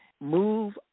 Move